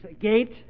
Gate